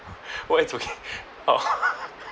what it's okay orh